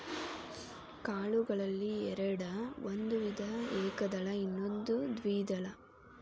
ಕಾಳುಗಳಲ್ಲಿ ಎರ್ಡ್ ಒಂದು ವಿಧ ಏಕದಳ ಇನ್ನೊಂದು ದ್ವೇದಳ